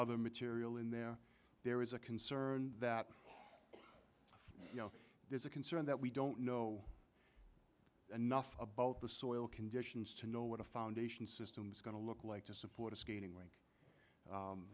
other material in there there is a concern that you know there's a concern that we don't know enough about the soil conditions to know what a foundation system is going to look like to support a skating